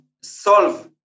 solve